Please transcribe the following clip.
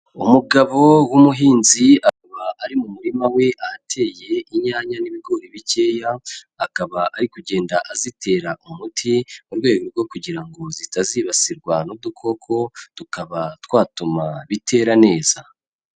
Umugabo w'umuhinzi akaba ari mu murima we ahateyeye inyanya n'ibigori bikeya, akaba ari kugenda azitera umuti mu rwego rwo kugira ngo zitazibasirwa n'udukoko tukaba twatuma bitera neza.